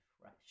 fresh